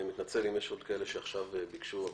אני מתנצל אם יש עוד כאלה שעכשיו ביקשו לדבר,